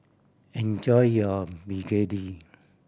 enjoy your begedil